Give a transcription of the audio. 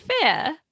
fair